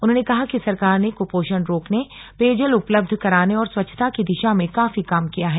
उन्होंने कहा कि सरकार ने कृपोषण रोकने पेयजल उपलब्ध कराने और स्वच्छता की दिशा में काफी काम किया है